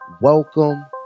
welcome